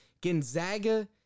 gonzaga